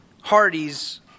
Hardys